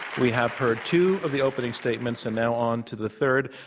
we have heard two of the opening statements and now onto the third.